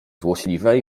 złośliwe